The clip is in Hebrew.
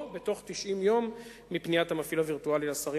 או בתוך 90 ימים מפניית המפעיל הווירטואלי לשרים,